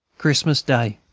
christmas day.